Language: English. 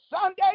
Sunday